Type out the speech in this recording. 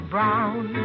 Brown